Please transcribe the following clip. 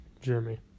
Jeremy